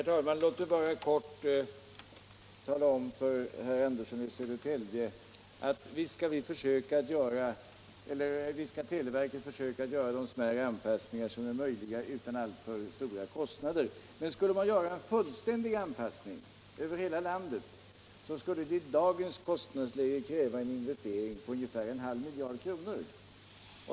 Herr talman! Låt mig bara kort tala om för herr Andersson i Södertälje att visst skall televerket försöka göra de smärre anpassningar som är möjliga utan alltför stora kostnader. Men skulle man göra en fullständig anpassning över hela landet skulle det i dagens kostnadsläge kräva en investering på ungefär en halv miljard kronor.